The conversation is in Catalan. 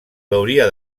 veuria